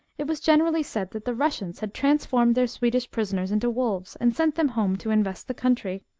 it was generally said that the russians had transformed their swedish prisoners into wolves, and sent them home to invest the country.